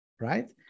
right